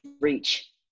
reach